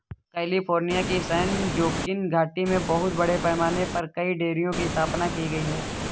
California की San Joaquin घाटी में बहुत बड़े पैमाने पर कई डेयरियों की स्थापना की गई है